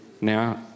Now